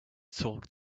talk